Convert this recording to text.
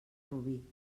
rubí